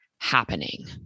happening